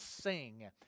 sing